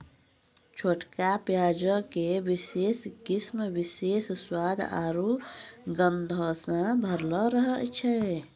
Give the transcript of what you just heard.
छोटका प्याजो के विशेष किस्म विशेष स्वाद आरु गंधो से भरलो रहै छै